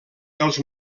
els